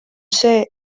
see